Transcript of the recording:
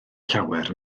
llawer